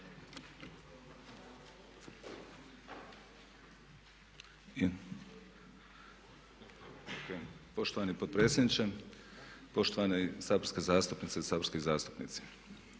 Poštovani potpredsjedniče, poštovane saborske zastupnice i saborski zastupnici